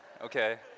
okay